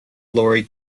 lorry